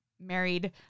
married